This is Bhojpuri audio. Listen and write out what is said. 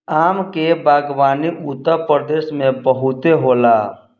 आम के बागवानी उत्तरप्रदेश में बहुते होला